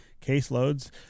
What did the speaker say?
caseloads